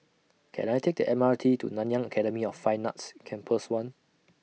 Can I Take The M R T to Nanyang Academy of Fine Arts Campus one